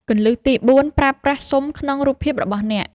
គន្លឹះទី៤ ប្រើប្រាស់ស៊ុមក្នុងរូបភាពរបស់អ្នក ។